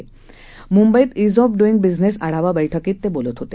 आज मुंबईत ease of doing business आढावा बैठकीत ते बोलत होते